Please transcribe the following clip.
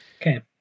Okay